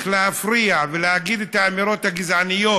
ולהפריע ולהגיד את האמירות הגזעניות